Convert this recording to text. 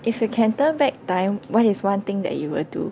if you can turn back time what is one thing that you will do